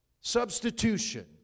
Substitution